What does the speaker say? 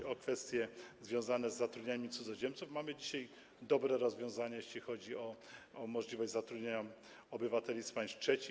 W kwestii związanej z zatrudnianiem cudzoziemców: mamy dzisiaj dobre rozwiązania, jeśli chodzi o możliwość zatrudniania obywateli z państw trzecich.